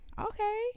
Okay